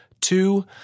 Two